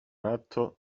atto